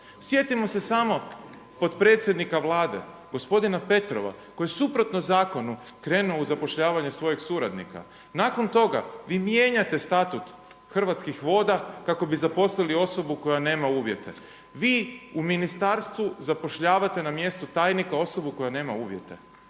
Sjetimo se samo kod predsjednika Vlade gospodina Petrova koji suprotno zakonu krenuo u zapošljavanje svojeg suradnika. Nakon toga vi mijenjate Statut Hrvatskih voda kako bi zaposlili osobu koja nema uvjete. Vi u ministarstvu zapošljavate na mjestu tajnika osobu koja nema uvjete.